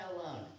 alone